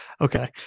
okay